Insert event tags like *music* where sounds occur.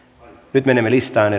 nyt menemme listaan *unintelligible*